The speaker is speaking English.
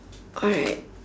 alright